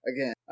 Again